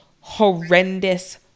horrendous